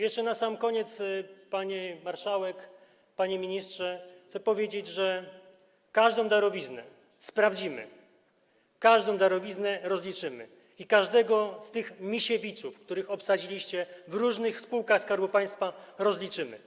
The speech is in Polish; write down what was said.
Jeszcze na sam koniec, pani marszałek, panie ministrze, chcę powiedzieć, że każdą darowiznę sprawdzimy, każdą darowiznę rozliczymy i każdego z tych Misiewiczów, których obsadziliście w różnych spółkach Skarbu Państwa, rozliczymy.